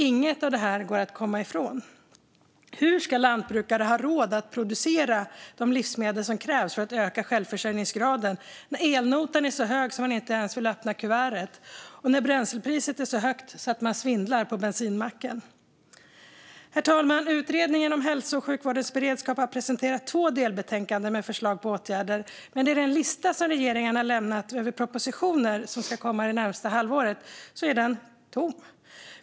Inget av detta går att komma ifrån. Hur ska lantbrukare ha råd att producera de livsmedel som krävs för att öka självförsörjningsgraden när elnotan är så hög att man inte ens vill öppna kuvertet och när bränslepriset är så högt att det svindlar när man står på bensinmacken? Herr talman! Utredningen om hälso och sjukvårdens beredskap har presenterat två delbetänkanden med förslag på åtgärder, men den lista som regeringen har lämnat över propositioner som ska komma det närmaste halvåret är tom.